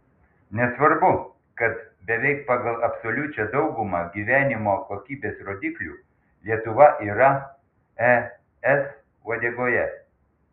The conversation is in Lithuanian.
nesvarbu kad beveik pagal absoliučią daugumą gyvenimo kokybės rodiklių lietuva yra es uodegoje